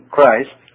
Christ